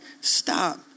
stop